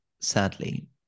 sadly